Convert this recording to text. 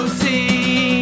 see